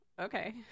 Okay